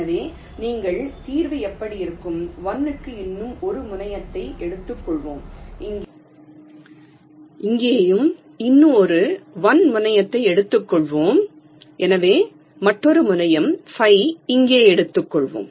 எனவே உங்கள் தீர்வு இப்படி இருக்கும் 1 க்கு இன்னும் ஒரு முனையத்தை எடுத்துக்கொள்வோம் இங்கேயும் இன்னும் ஒரு 1 முனையத்தை எடுத்துக்கொள்வோம் எனவே மற்றொரு முனையம் 5 இங்கே எடுத்துக்கொள்வோம்